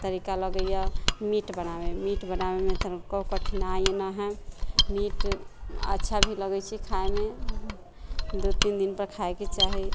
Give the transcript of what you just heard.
तरीका लगैए मीट बनाबयमे मीट बनाबयमे तनिको कोइ कठिनाइ ना हइ मीट अच्छा भी लगैत छै खाइमे दू तीन दिनपर खायके चाही